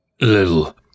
Little